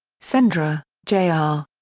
sendra, j. r.